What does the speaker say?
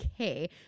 okay